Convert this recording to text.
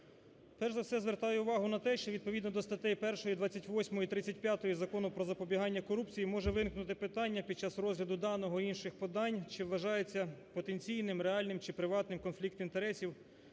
Перш за все звертаю увагу на те, що відповідно до статей 1-ї, 28-ї і 35-ї Закону "Про запобігання корупції" може виникнути питання під час розгляду даного і інших подань, чи вважається потенційним, реальним чи приватним конфлікт інтересів